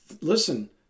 Listen